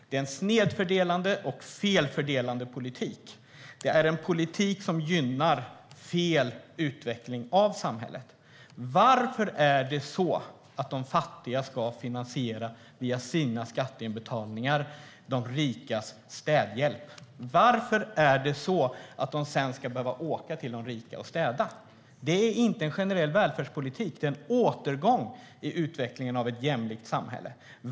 Det är en snedfördelande och felfördelande politik. Det är en politik som gynnar fel utveckling av samhället. Varför ska de fattiga, via sina skatteinbetalningar, finansiera de rikas städhjälp? Varför ska de sedan behöva åka till de rika och städa? Det är inte en generell välfärdspolitik. Det är en återgång i utvecklingen i fråga om ett jämlikt samhälle.